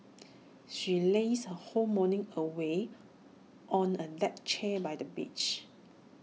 she lazed her whole morning away on A deck chair by the beach